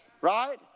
Right